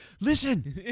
listen